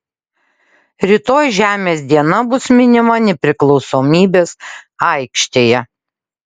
rytoj žemės diena bus minima nepriklausomybės aikštėje